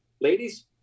ladies